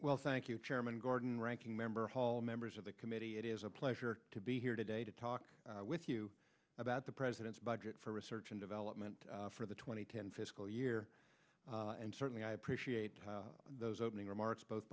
well thank you chairman garden ranking member hall members of the committee it is a pleasure to be here today to talk with you about the president's budget for research and development for the two thousand and ten fiscal year and certainly i appreciate those opening remarks both